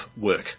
work